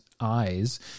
eyes